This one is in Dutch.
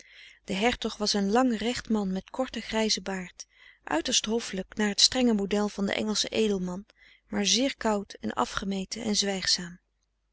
de hertog was een lang recht man met korten grijzen baard uiterst hoffelijk naar het strenge model van den engelschen edelman maar zeer koud en afgemeten en